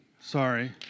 Sorry